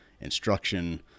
instruction